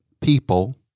people